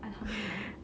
alhamdulillah